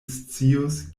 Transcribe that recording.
scius